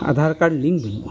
Aadhaar card link ᱵᱟᱹᱱᱩᱜᱼᱟ